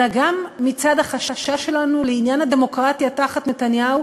אלא גם מצד החשש שלנו לעניין הדמוקרטיה תחת נתניהו,